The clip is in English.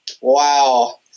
Wow